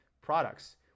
products